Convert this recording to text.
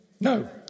No